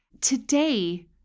Today